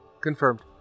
Confirmed